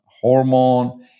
hormone